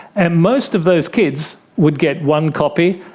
and most of those kids would get one copy,